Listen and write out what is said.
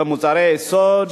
במוצרי יסוד,